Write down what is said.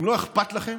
אם לא אכפת לכם,